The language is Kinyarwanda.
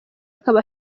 akaba